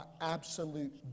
absolute